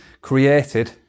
created